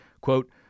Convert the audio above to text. quote